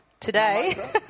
Today